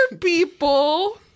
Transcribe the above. people